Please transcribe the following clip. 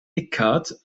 eckhart